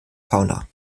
fauna